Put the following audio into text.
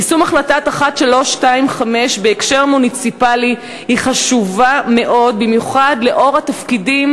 יישום החלטה 1325 בהקשר מוניציפלי הוא חשוב מאוד במיוחד לאור התפקידים